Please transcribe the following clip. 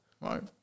right